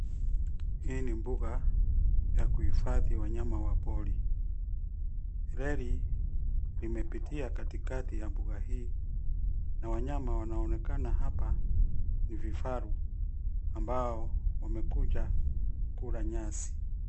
Hii ni mbuga, ya kuhifadhi wanyama wa pori. Reli, limepitia katikati ya mbuga hii, na wanyama wanaonekana hapa, ni vifaru, ambao, wamekuja, kula nyasi.